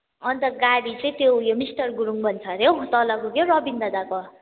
अनि त गाडी चाहिँ त्यो ऊ यो मिस्टर गुरुङ भन्छ अरे हौ तलको के हो रबिन दादाको